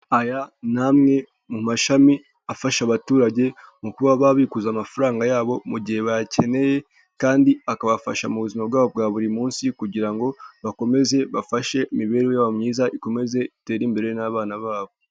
Aya ni amwe mu mashami afasha abaturage mu kuba babikuza amafaranga yabo mu gihe bayakeneye, kandi akabafasha mu buzima bwabo bwa buri munsi kugira ngo bakomeze bafashe imibereho yabo myiza, ikomeze itere imbere n'abana babo.